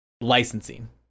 licensing